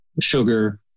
sugar